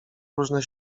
różne